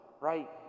right